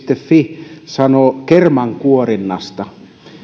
fi sanoo kermankuorinnasta